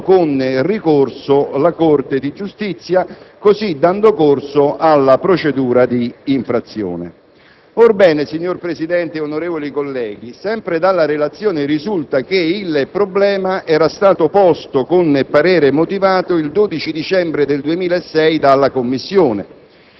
avrebbe adito con ricorso la Corte di giustizia, così dando corso alla procedura di infrazione. Orbene, signor Presidente, onorevoli colleghi, sempre dalla relazione risulta che il problema era stato posto con parere motivato il 12 dicembre 2006 dalla Commissione